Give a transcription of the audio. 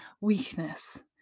weakness